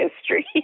history